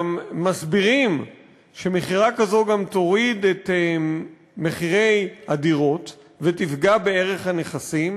גם מסבירים שמכירה כזו תוריד את מחירי הדירות ותפגע בערך הנכסים.